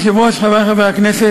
אדוני היושב-ראש, חברי חברי הכנסת,